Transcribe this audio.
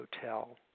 Hotel